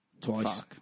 twice